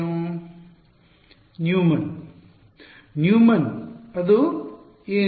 ವಿದ್ಯಾರ್ಥಿ Newman Newman ಅದು ಏನು